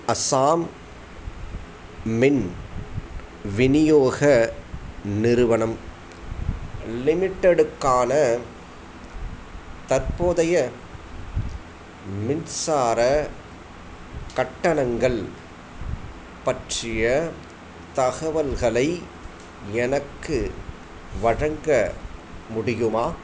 அசாம் மின் விநியோக நிறுவனம் லிமிடெட்டுக்கான தற்போதைய மின்சார கட்டணங்கள் பற்றிய தகவல்களை எனக்கு வழங்க முடியுமா